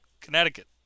Connecticut